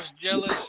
jealous